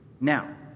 Now